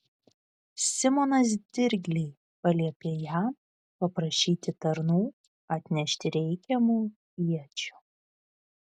simonas dirgliai paliepė jam paprašyti tarnų atnešti reikiamų iečių